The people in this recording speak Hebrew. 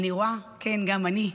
אני רואה, כן, גם אני,